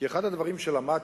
כי אחד הדברים שלמדתי,